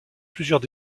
plusieurs